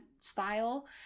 style